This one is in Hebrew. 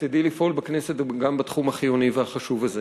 את תדעי לפעול בכנסת גם בתחום החיוני והחשוב הזה.